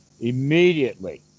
immediately